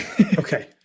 Okay